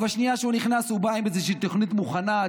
ובשנייה שהוא נכנס הוא בא עם איזושהי תוכנית מוכנה.